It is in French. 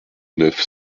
neuf